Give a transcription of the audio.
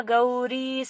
Gauri